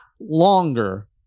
longer